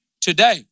today